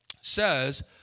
says